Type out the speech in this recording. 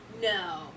No